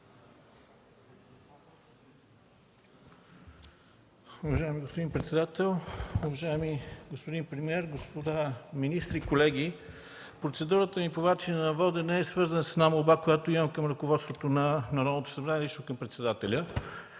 Уважаеми господин председател, уважаеми господин премиер, господа министри, уважаеми колеги! Процедурата ми по начина ми на водене е свързана с молба, която имам към ръководството на Народното събрание и лично към председателя.